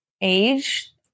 age